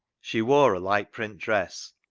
she wore a light print dress,